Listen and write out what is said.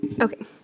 Okay